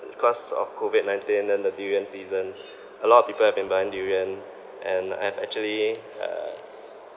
because of COVID nineteen then the durian season a lot of people have been buying durian and I've actually uh